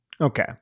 okay